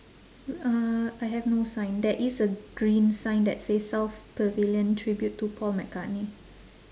uh I have no sign there is a green sign that says south pavilion tribute to paul mccartney